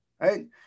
Right